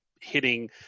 hitting